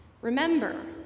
remember